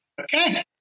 Okay